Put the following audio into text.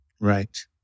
Right